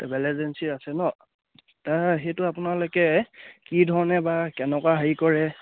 travel agency আছে নহ্ তাৰ সেইটো আপোনালোকে কি ধৰণে বা কেনেকুৱা হেৰি কৰে